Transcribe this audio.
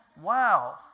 Wow